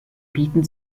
bieten